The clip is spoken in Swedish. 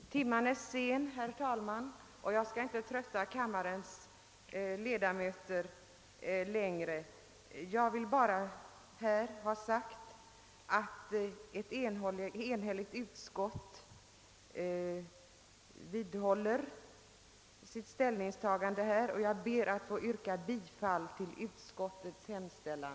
Herr talman! Timmen är sen, herr talman, och jag skall inte trötta kammarens ledamöter längre. Jag vill bara understryka att utskottet är enigt, och jag vidhåller mitt yrkande om bifall till utskottets hemställan.